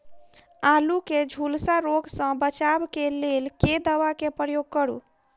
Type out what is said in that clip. आलु केँ झुलसा रोग सऽ बचाब केँ लेल केँ दवा केँ प्रयोग करू?